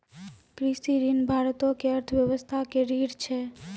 कृषि ऋण भारतो के अर्थव्यवस्था के रीढ़ छै